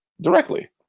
directly